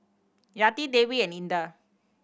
Yati Dewi and Indah